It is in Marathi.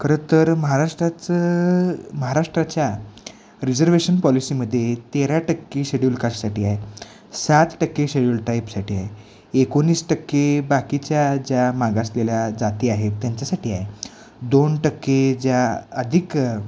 खरं तर महाराष्ट्राचं महाराष्ट्राच्या रिझर्वेशन पॉलिसीमध्ये तेरा टक्के शेड्युल कास्टसाठी आहे सात टक्के शेड्युल टाईपसाठी आहे एकोणीस टक्के बाकीच्या ज्या मागासलेल्या जाती आहे त्यांच्यासाठी आहे दोन टक्के ज्या अधिक